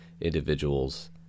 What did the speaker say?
individuals